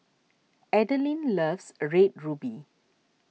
Adelyn loves a Red Ruby